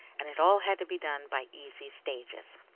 and it all had to be done by easy stages.